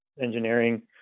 engineering